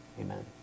Amen